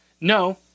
No